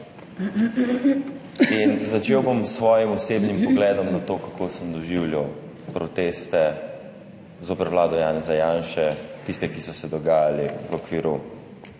Začel bom s svojim osebnim pogledom na to, kako sem doživljal proteste zoper vlado Janeza Janše, tiste, ki so se dogajali v okviru